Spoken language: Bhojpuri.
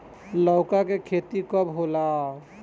लौका के खेती कब होला?